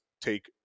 take